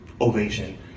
ovation